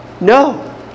No